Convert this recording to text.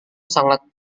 sangat